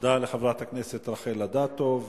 תודה לחברת הכנסת רחל אדטו.